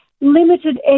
limited